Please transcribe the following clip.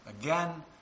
again